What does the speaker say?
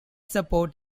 support